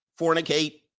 Fornicate